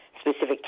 specific